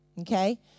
Okay